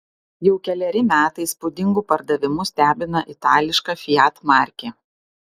jau keleri metai įspūdingu pardavimu stebina itališka fiat markė